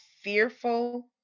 fearful